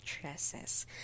dresses